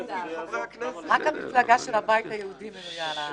אני ממתין לזכות דיבור שאמרת שעוד תהיה לי לדבר,